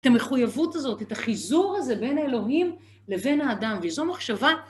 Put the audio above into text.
את המחויבות הזאת, את החיזור הזה בין האלוהים לבין האדם, וזו מחשבה.